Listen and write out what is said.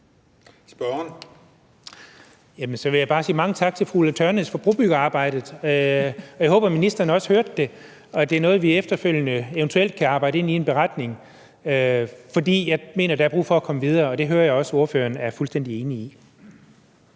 Dahl (DF): Jamen så vil jeg bare sige mange tak til fru Ulla Tørnæs for brobyggerarbejdet. Jeg håber, at ministeren også hørte det, og at det er noget, vi efterfølgende eventuelt kan arbejde ind i en beretning, for jeg mener, der er brug for at komme videre, og det hører jeg også ordføreren er fuldstændig enig i.